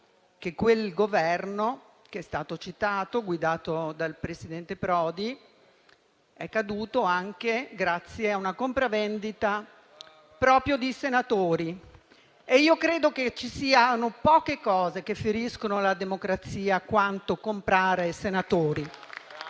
che il Governo che è stato citato, guidato dal presidente Prodi, è caduto anche grazie a una compravendita, proprio di senatori. Ed io ritengo che ci siano poche cose che feriscono la democrazia quanto comprare senatori.